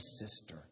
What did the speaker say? sister